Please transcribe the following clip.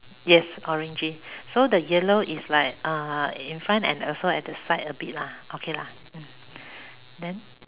yes orangey so the yellow is like uh in front and also at the side a bit lah okay lah mm then